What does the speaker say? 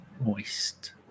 Moist